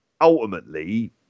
ultimately